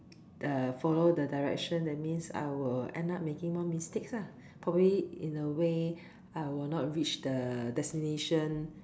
uh follow the Direction that means I will end up making more mistakes ah probably in a way I will not reach the destination